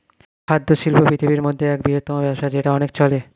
খাদ্য শিল্প পৃথিবীর মধ্যে এক বৃহত্তম ব্যবসা যেটা অনেক চলে